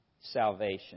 salvation